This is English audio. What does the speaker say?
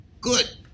Good